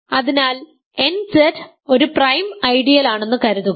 അതിനാൽ nZ ഒരു prime ഐഡിയലാണെന്ന് കരുതുക